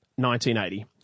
1980